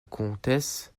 comtesse